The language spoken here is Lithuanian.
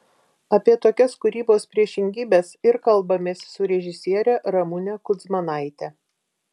apie tokias kūrybos priešingybes ir kalbamės su režisiere ramune kudzmanaite